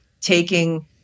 Taking